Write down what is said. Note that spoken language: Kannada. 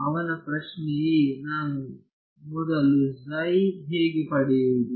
ಅವನ ಪ್ರಶ್ನೆಯೇ ನಾನು ಮೊದಲು ಹೇಗೆ ಪಡೆಯುವುದು